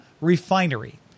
Refinery